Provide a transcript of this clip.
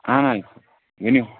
اَہن حظ ؤنِو